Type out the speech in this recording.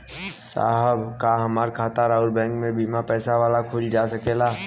साहब का हमार खाता राऊर बैंक में बीना पैसा वाला खुल जा सकेला?